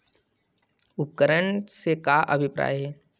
उपकरण से का अभिप्राय हे?